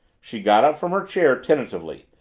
she got up from her chair tentatively,